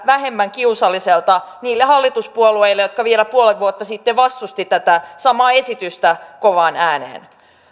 vähemmän kiusalliselta niille hallituspuolueille jotka vielä puoli vuotta sitten vastustivat tätä samaa esitystä kovaan ääneen